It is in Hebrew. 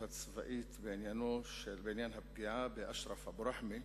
הצבאית בעניין הפגיעה באשרף אבו-רחמה,